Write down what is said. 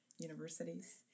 universities